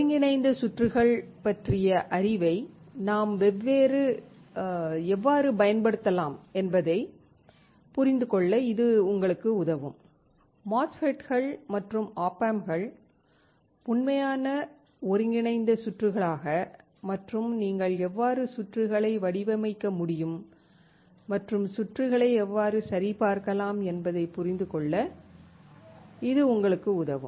ஒருங்கிணைந்த சுற்றுகள் பற்றிய அறிவை நாம் எவ்வாறு பயன்படுத்தலாம் என்பதை புரிந்து கொள்ள இது உங்களுக்கு உதவும் MOSFETகள் மற்றும் op amp கள் உண்மையான ஒருங்கிணைந்த சுற்றுகளாக மற்றும் நீங்கள் எவ்வாறு சுற்றுகளை வடிவமைக்க முடியும் மற்றும் சுற்றுகளை எவ்வாறு சரிபார்க்கலாம் என்பதை புரிந்து கொள்ள இது உங்களுக்கு உதவும்